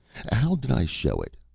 how did i show it?